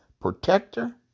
protector